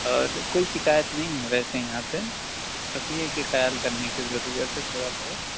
اور کوئی شکایت نہیں ہے ویسے یہاں سے بس یہ ہے کہ خیال کرنے کی ضرورت ہے تھوڑا بہت